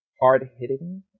hard-hitting